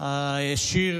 השיר